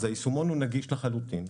אם כן, היישומון הוא נגיש לחלוטין.